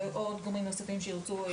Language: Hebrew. עוד גורמים נוספים שירצו.